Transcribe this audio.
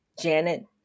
Janet